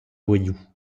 voyou